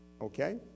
Okay